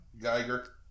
Geiger